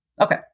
Okay